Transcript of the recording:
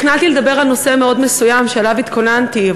תכננתי לדבר על נושא מאוד מסוים שעליו התכוננתי,